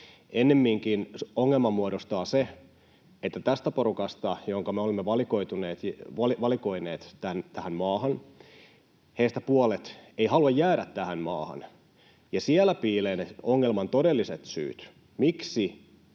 Ennemminkin ongelman muodostaa se, että tästä porukasta, jonka me olemme valikoineet tähän maahan, puolet ei halua jäädä tähän maahan. Siellä piilevät ongelman todelliset syyt, miksi